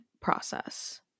process